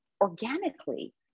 organically